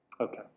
Okay